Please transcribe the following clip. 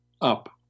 up